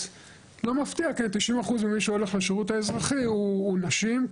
אז לא מפתיע כי 90% ממי שהולך לשירות האזרחי הוא נשים,